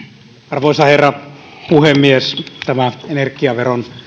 arvoisa herra puhemies tämä energiaveron